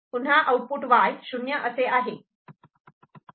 म्हणजे output Y 0 असे आहे